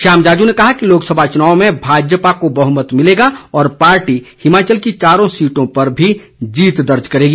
श्याम जाजू ने कहा कि लोकसभा चुनाव में भाजपा को बहमत मिलेगा और पार्टी हिमाचल की चारों सीटों पर भी जीत दर्ज करेगी